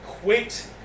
Quit